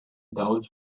dawl